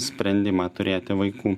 sprendimą turėti vaikų